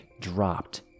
dropped